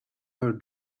her